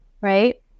right